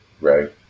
Right